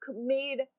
made